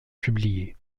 publié